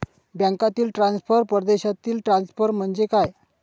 बँकांतील ट्रान्सफर, परदेशातील ट्रान्सफर म्हणजे काय?